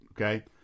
Okay